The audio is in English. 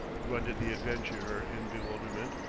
grunted the adventurer in bewilderment.